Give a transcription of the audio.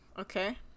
Okay